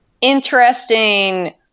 interesting